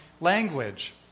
language